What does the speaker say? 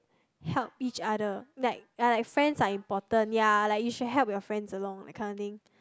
help each other like ya like friends are important ya like you should help your friends along that kind of thing